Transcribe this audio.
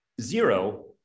zero